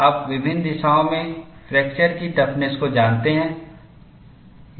आप विभिन्न दिशाओं में फ्रैक्चर की टफनेस को जानते हैं